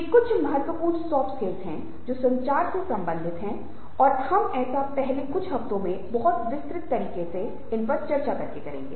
ये कुछ महत्वपूर्ण सॉफ्ट स्किल्स हैं जो संचार से संबंधित हैं और हम ऐसा पहले कुछ हफ़्ते में बहुत विस्तृत तरीके से इनपर चर्चा करेंगे